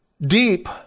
deep